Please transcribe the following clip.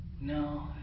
No